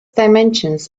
dimensions